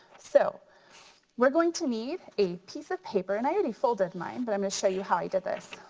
so we're going to need a piece of paper. and i already folded mine but i'm gonna show you how i did this.